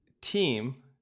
team